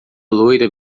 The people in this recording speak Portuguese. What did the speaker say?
loira